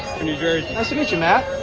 new jersey isaac nail